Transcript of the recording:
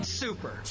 super